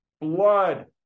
blood